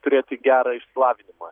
turėti gerą išsilavinimą